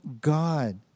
God